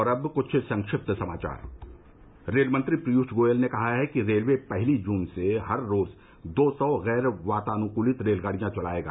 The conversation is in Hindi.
और अब कुछ संक्षिप्त समाचार रेलमंत्री पीयूष गोयल ने कहा है कि रेलवे पहली जून से हर रोज दो सौ गैर वातानुकूलित रेलगाड़ियां चलाएगा